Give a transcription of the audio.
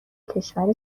کشور